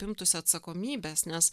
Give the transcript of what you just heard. imtųsi atsakomybės nes